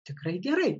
tikrai gerai